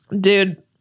Dude